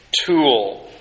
tool